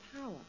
power